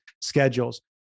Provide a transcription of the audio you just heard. schedules